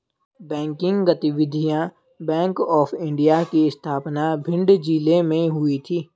banking गतिविधियां Bank of India की स्थापना भिंड जिले में हुई थी